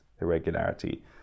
irregularity